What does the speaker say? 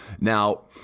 Now